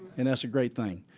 and that's a great thing.